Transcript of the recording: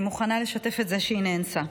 אם היא מוכנה לשתף את זה שהיא נאנסה.